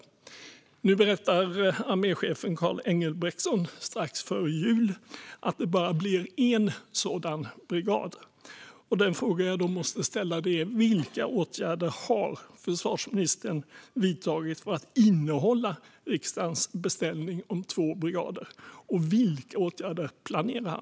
Strax före jul berättade arméchefen Karl Engelbrektson att det bara blir en sådan brigad. Den fråga jag då måste ställa är: Vilka åtgärder har försvarsministern vidtagit för att innehålla riksdagens beställning om två brigader, och vilka åtgärder planerar han?